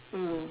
mm